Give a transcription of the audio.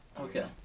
Okay